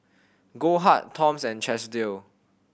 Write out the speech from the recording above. Goldheart Toms and Chesdale